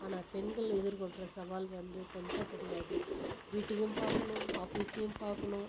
ஆனால் பெண்கள் எதிர்கொள்கிற சவால் வந்து கொஞ்சம் கிடையாது வீட்டையும் பார்க்கணும் ஆஃபீஸையும் பார்க்கணும்